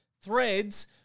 Threads